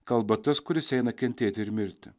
kalba tas kuris eina kentėti ir mirti